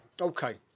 okay